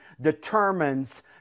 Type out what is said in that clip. determines